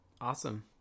awesome